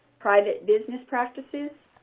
private business practices,